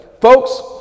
Folks